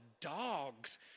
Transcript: dogs